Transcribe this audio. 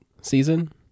season